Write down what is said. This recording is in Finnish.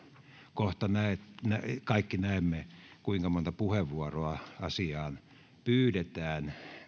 kohta kaikki näemme kuinka monta puheenvuoroa asiaan pyydetään